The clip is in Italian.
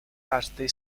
arte